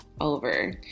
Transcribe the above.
over